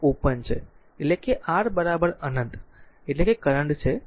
અને આ ઓપન છે એટલે કે r અનંત એટલે કે કરંટ 0 છે